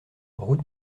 route